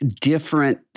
different